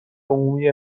عمومی